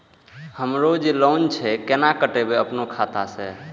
हमरो जे लोन छे केना कटेबे अपनो खाता से?